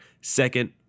second